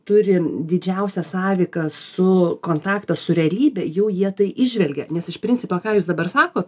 turi didžiausią sąveiką su kontaktą su realybe jau jie tai įžvelgia nes iš principo ką jūs dabar sakot